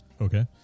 okay